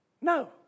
No